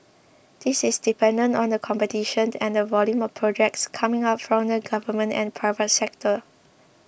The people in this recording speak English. this is dependent on the competition and the volume of projects coming out from the government and private sector